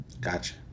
Gotcha